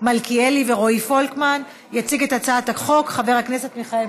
אנחנו עוברים להצעת חוק הגנת הצרכן (תיקון מס' 58)